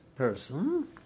person